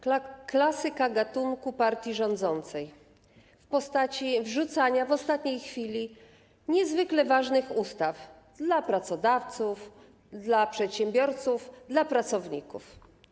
Klasyka gatunku partii rządzącej w postaci wrzucania w ostatniej chwili ustaw niezwykle ważnych dla pracodawców, przedsiębiorców, pracowników.